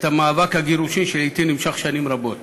את מאבק הגירושין, שלעתים נמשך שנים רבות.